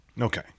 okay